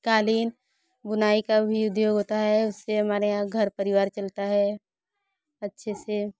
क़ालीन बुनाई का भी उद्योग होता है उससे हमारे यहाँ घर परिवार चलता है अच्छे से